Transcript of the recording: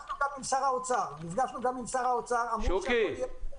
נפגשנו גם עם שר האוצר --- שוקי, תודה.